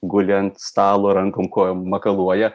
guli ant stalo rankom kojom makaluoja